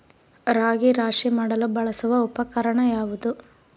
ರಾಗಿ ರಾಶಿ ಮಾಡಲು ಬಳಸುವ ಉಪಕರಣ ಯಾವುದು?